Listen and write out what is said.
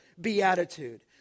beatitude